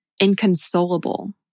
inconsolable